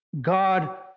God